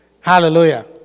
Hallelujah